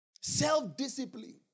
Self-discipline